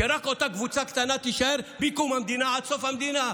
שרק אותה קבוצה תישאר מקום המדינה ועד סוף המדינה?